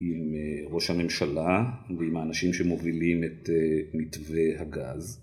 עם ראש הממשלה ועם האנשים שמובילים את מתווה הגז.